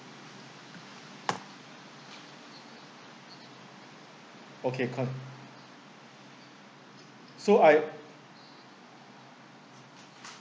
okay come so I